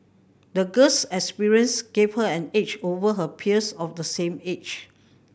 the girl's experience gave her an edge over her peers of the same age